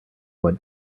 what